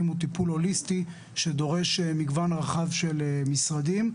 הוא טיפול הוליסטי שדורש מגוון רחב של משרדים,